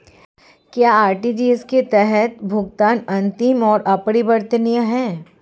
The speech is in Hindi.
क्या आर.टी.जी.एस के तहत भुगतान अंतिम और अपरिवर्तनीय है?